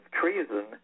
treason